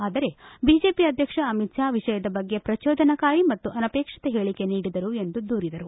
ಆದರೆ ಬಿಜೆಪಿ ಅಧ್ಯಕ್ಷ ಅಮಿತ್ ಷಾ ವಿಷಯದ ಬಗ್ಗೆ ಪ್ರಚೋದನಾಕಾರಿ ಮತ್ತು ಅನಪೇಕ್ಷಿತ ಹೇಳಿಕೆ ನೀಡಿದರು ಎಂದು ದೂರಿದರು